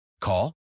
Call